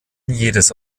jedes